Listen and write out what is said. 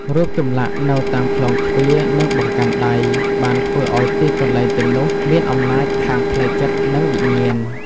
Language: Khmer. រូបចម្លាក់នៅតាមក្លោងទ្វារ និងបង្កាន់ដៃបានធ្វើឲ្យទីកន្លែងទាំងនោះមានអំណាចខាងផ្លូវចិត្ត និងវិញ្ញាណ។